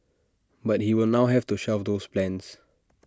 but he will now have to shelve those plans